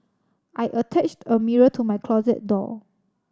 I attached a mirror to my closet door